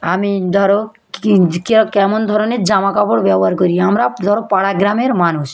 আমি ধরো কী কেমন ধরনের জামা কাপড় ব্যবহার করি আমরা ধরো পাড়া গ্রামের মানুষ